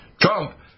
Trump